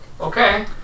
Okay